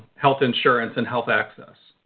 health insurance, and health access.